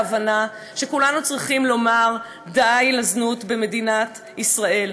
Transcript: והבנה שכולנו צריכים לומר די לזנות במדינת ישראל.